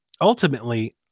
ultimately